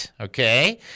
Okay